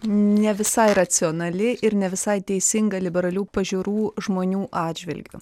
ne visai racionali ir ne visai teisinga liberalių pažiūrų žmonių atžvilgiu